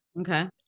Okay